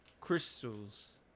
crystals